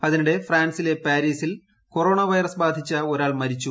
അതിനിടെ ഫ്രാൻസിലെ പാരീസിൽ കൊറോണ വൈറസ് ബാധിച്ച ഒരാൾ മരിച്ചു